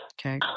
Okay